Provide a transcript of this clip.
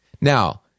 Now